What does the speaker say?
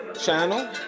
channel